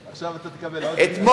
עכשיו אתה תקבל עוד, אתמול,